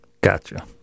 Gotcha